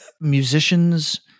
musicians